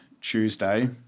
Tuesday